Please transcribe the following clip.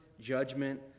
judgment